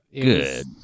good